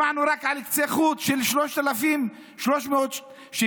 שמענו רק על קצה חוט של שיווק 3,300 יחידות